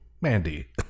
Mandy